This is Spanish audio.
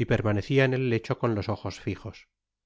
y permanecia en el lecho con los ojos fijos